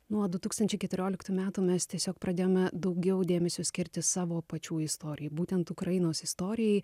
nuo du tūkstančiai keturioliktų metų mes tiesiog pradėjome daugiau dėmesio skirti savo pačių istorijai būtent ukrainos istorijai